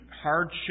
hardship